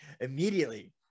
immediately